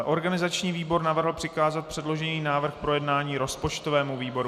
Organizační výbor navrhl přikázat předložený návrh k projednání rozpočtovému výboru.